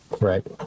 Right